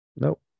Nope